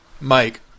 Mike